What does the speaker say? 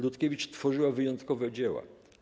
Rutkiewicz tworzyła wyjątkowe dzieła.